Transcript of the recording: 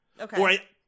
Okay